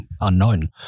unknown